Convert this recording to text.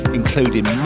including